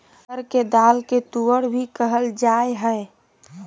अरहर के दाल के तुअर भी कहल जाय हइ